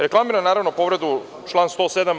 Reklamiram naravno povredu člana 107.